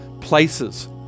places